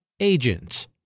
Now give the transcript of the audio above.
Agents